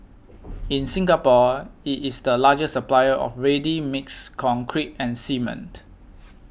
in Singapore it is the largest supplier of ready mixed concrete and cement